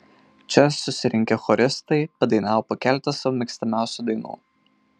čia susirinkę choristai padainavo po keletą savo mėgstamiausių dainų